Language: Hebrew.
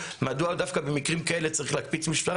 מדוע דווקא במקרים כאלה צריך להקפיץ משטרה